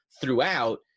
throughout